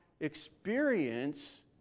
experience